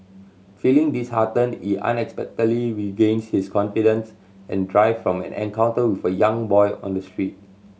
feeling disheartened he unexpectedly regains his confidence and drive from an encounter with a young boy on the street